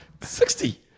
sixty